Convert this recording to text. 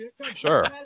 Sure